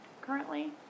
currently